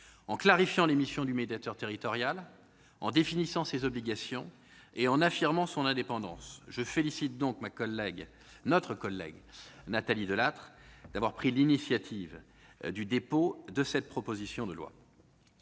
en clarifiant les missions du médiateur territorial, en définissant ses obligations et en affirmant son indépendance. Je félicite donc notre collègue Nathalie Delattre d'avoir pris l'initiative de son dépôt. Si je suis